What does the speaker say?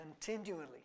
continually